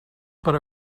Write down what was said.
per